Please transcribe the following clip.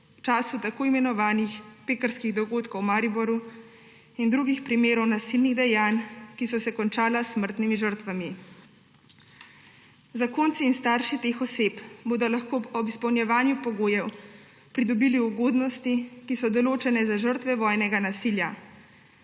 v času tako imenovanih pekrskih dogodkov v Mariboru in drugih primerov nasilnih dejanj, ki so se končala s smrtnimi žrtvami. Zakonci in starši teh oseb bodo lahko ob izpolnjevanju pogojev pridobili ugodnosti, ki so določene za žrtve vojnega nasilja,